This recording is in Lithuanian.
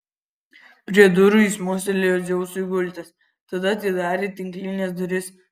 prie durų jis mostelėjo dzeusui gultis tada atidarė tinklines duris